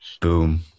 Boom